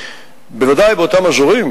בוודאי באותם אזורים